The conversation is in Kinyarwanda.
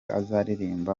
azaririmba